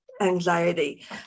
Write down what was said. anxiety